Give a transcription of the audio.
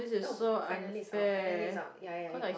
oh finally it's out finally it's out ya ya ya you're out